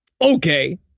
Okay